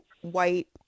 white